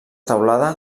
teulada